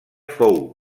fou